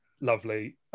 lovely